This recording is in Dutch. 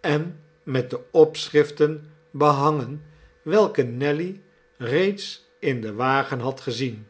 en met de opschriften behangen welke nelly reeds in den wagen had gezien